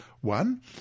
One